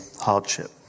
hardship